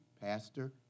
Pastor